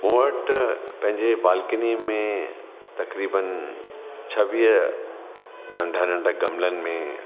मूं वटि पंहिंजे बालकनी में तक़रीबन छवीह नंढा नंढा गमलनि में